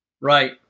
Right